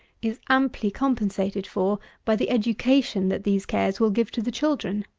is amply compensated for by the education that these cares will give to the children.